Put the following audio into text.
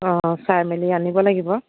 অ' চাই মেলি আনিব লাগিব